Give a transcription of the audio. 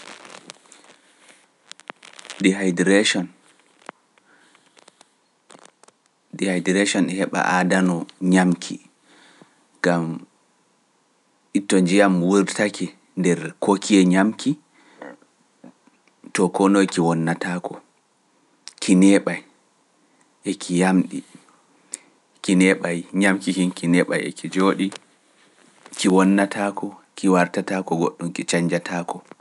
Dehydration heɓa aadano ñamki, gam itto njiyam wurtake nder kokiye ñamki to kono eki wonnataako, ki neeɓay eki yamɗi, ki neeɓay ñamki hee, ki neeɓay eki jooɗi, ki wonnataako, ki wartataako goɗɗum, ki cañnjatako.